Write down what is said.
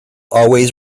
always